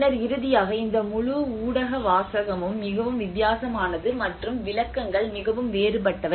பின்னர் இறுதியாக இந்த முழு ஊடக வாசகமும் மிகவும் வித்தியாசமானது மற்றும் விளக்கங்கள் மிகவும் வேறுபட்டவை